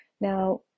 Now